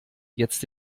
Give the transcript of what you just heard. jetzt